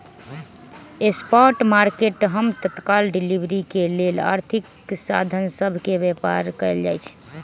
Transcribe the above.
spot market हम तत्काल delivery के लेल आर्थिक साधन सभ के व्यापार कयल जाइ छइ